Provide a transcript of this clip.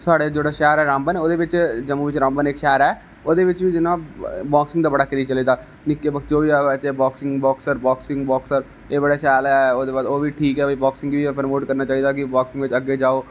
साढ़ा जेहड़ा शैह्र ऐ रामबन ओहदे बिच जम्मू बिच इक रामबन इक शैहर ऐ ओहदे बिच बी जियां ओह् बाॅक्सिंग दा बडा क्रेज चले दा निक्के बच्चे होई गे जियां बाक्सर बाॅक्सिंग बाक्सर ओह् बड़ा शैल ओह् ओह्दे बाद ओह् बी ठीक ऐ भाई बाॅक्सिंग गी प्रमोट करना चाहिदा किअग्गै जाओ